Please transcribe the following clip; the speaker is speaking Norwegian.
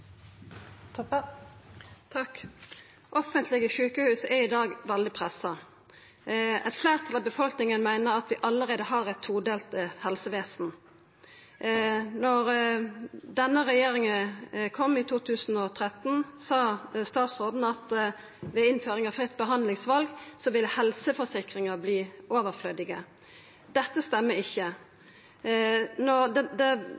Offentlege sjukehus er i dag veldig pressa. Eit fleirtal i befolkninga meiner at vi allereie har eit todelt helsevesen. Da denne regjeringa kom i 2013, sa statsråden at ved innføringa av fritt behandlingsval ville helseforsikringar verta overflødige. Det stemmer ikkje. Den viktigaste drivaren for eit todelt helsevesen er når det